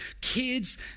kids